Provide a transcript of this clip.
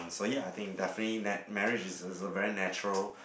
so yeah I think definitely mar~ marriage is a a very natural